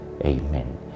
Amen